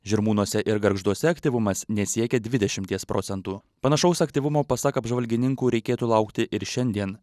žirmūnuose ir gargžduose aktyvumas nesiekė dvidešimties procentų panašaus aktyvumo pasak apžvalgininkų reikėtų laukti ir šiandien